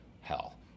hell